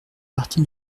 partie